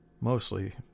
mostly